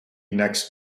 next